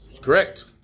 Correct